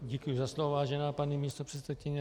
Děkuji za slovo, vážená paní místopředsedkyně.